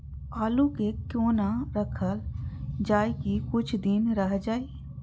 आलू के कोना राखल जाय की कुछ दिन रह जाय?